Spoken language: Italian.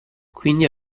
quindi